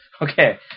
Okay